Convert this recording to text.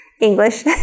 English